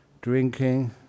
drinking